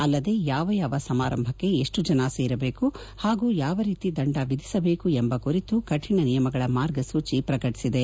ಅಲ್ಲದೆ ಯಾವ ಯಾವ ಸಮಾರಂಭಕ್ಕೆ ಎಷ್ಟು ಜನ ಸೇರಬೇಕು ಹಾಗೂ ಯಾವ ರೀತಿ ದಂಡ ವಿಧಿಸಬೇಕು ಎಂಬ ಕುರಿತು ಕಠಿಣ ನಿಯಮಗಳ ಮಾರ್ಗಸೂಚಿಯನ್ನು ಪ್ರಕಟಿಸಿದೆ